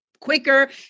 quicker